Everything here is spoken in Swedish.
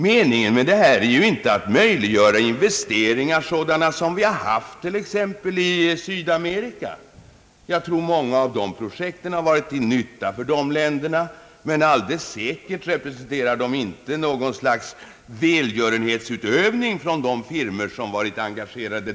Meningen med detta är inte att möjliggöra investeringar sådana som svenska företag har gjort i t.ex. Sydamerika. Många av dessa projekt har varit till nytta för dessa länder, men de representerar alldeles säkert inte något slags välgörenhet från de firmor som varit engagerade.